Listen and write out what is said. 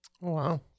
Wow